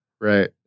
Right